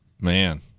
Man